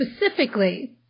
specifically